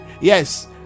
Yes